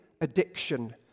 addiction